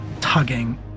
tugging